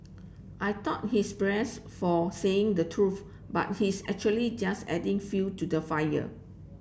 I thought he's for saying the truth but he's actually just adding fuel to the fire